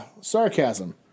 Sarcasm